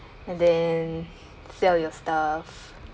and then sell your stuff